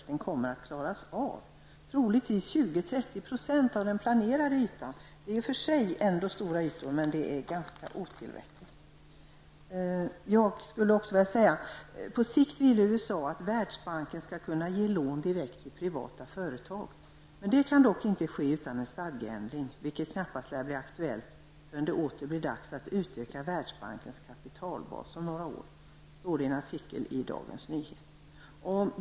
Vattnet kommer bara att räcka till att bevattna 20--30 % av den planerade ytan. Det är i och för sig stora områden, men det är ganska otillräckligt. USA vill att Världsbanken på sikt skall kunna ge lån till privata företag. Det kan dock inte ske utan en stadgeändring, vilket knappast lär bli aktuellt förrän det åter blir dags att utöka Världsbankens kapitalbas om några år. Så står det i en artikel i Dagens Nyheter.